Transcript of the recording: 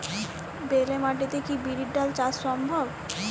বেলে মাটিতে কি বিরির ডাল চাষ সম্ভব?